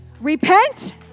Repent